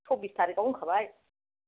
सबबिस थारिखआव होनखाबाय